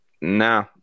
nah